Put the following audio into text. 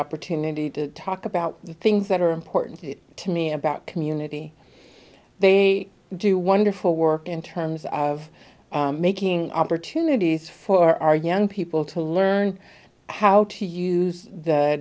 opportunity to talk about the things that are important to me about community they do wonderful work in terms of making opportunities for our young people to learn how to use the